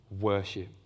worship